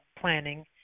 planning